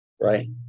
right